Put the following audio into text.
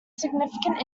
significant